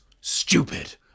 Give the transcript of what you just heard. stupid